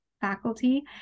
faculty